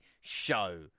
show